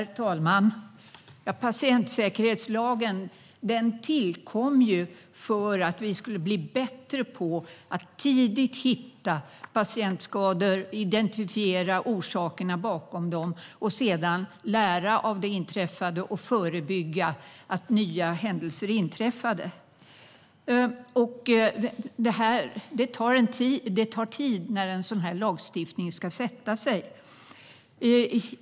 Herr talman! Patientsäkerhetslagen tillkom för att vi skulle bli bättre på att tidigt hitta patientskador, identifiera orsakerna bakom dem och sedan lära av det inträffade och förebygga att nya händelser inträffar. Det tar tid när en sådan här lagstiftning ska sätta sig.